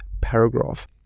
paragraph